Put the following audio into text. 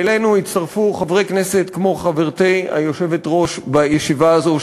אלינו הצטרפו חברי כנסת כמו חברתי היושבת-ראש בישיבה הזאת,